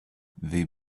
they